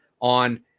on